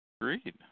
Agreed